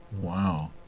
wow